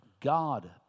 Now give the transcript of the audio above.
God